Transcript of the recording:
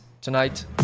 tonight